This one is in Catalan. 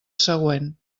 següent